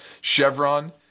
Chevron